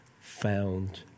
found